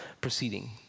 proceeding